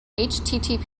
http